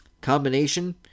Combination